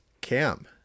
Cam